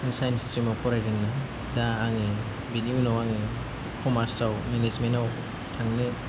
science स्ट्रिमाव फरायदों दा आंनि बेनि उनाव आङो कमार्सआव इनभेस्टमेनाव थांनो